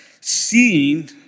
seeing